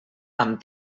amb